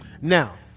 Now